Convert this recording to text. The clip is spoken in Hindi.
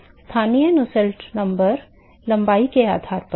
स्थानीय नुसेल्ट संख्या लंबाई के आधार पर है